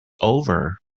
over